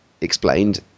explained